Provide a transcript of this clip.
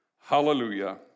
Hallelujah